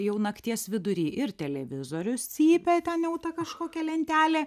jau nakties vidury ir televizorius cypia ten jau ta kažkokia lentelė